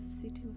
sitting